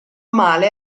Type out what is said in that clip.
male